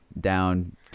down